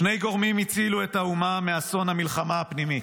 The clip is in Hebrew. "שני גורמים הצילו את האומה מאסון המלחמה הפנימית: